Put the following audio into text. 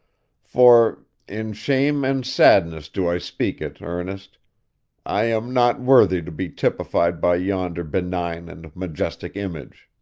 for in shame and sadness do i speak it, ernest i am not worthy to be typified by yonder benign and majestic image